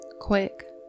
quick